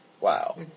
Wow